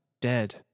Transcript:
dead